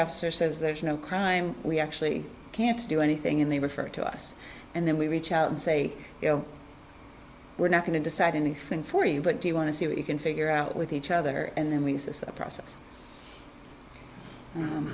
officer says there's no crime we actually can't do anything and they refer to us and then we reach out and say you know we're not going to decide anything for you but do you want to see what you can figure out with each other and then we u